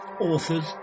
authors